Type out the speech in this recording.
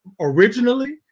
originally